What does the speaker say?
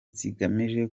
zigamije